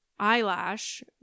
Eyelash